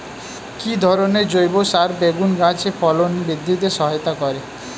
কি ধরনের জৈব সার বেগুন গাছে ফলন বৃদ্ধিতে সহায়তা করে?